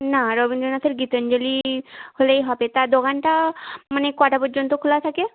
না রবীন্দ্রনাথের গীতাঞ্জলি হলেই হবে তা দোকানটা মানে কটা পর্যন্ত খোলা থাকে